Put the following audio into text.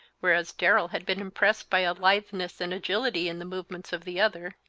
whereas darrell had been impressed by a litheness and agility in the movements of the other.